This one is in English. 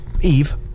Eve